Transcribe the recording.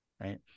right